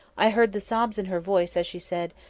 i heard the sobs in her voice as she said,